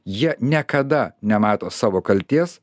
jie niekada nemato savo kaltės